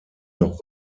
noch